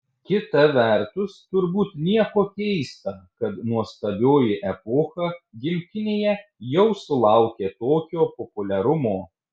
kita vertus turbūt nieko keista kad nuostabioji epocha gimtinėje jau sulaukė tokio populiarumo